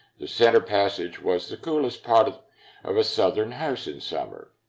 the center passage was the coolest part of of a southern house in summer.